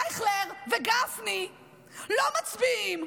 אייכלר וגפני לא מצביעים.